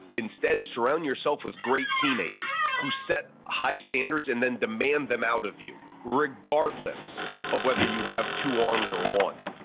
instead, surround yourself with great teammates who set high standards and then demand them out of you regardless of whether you have two arms or one.